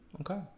okay